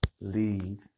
leave